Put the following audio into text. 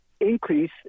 increase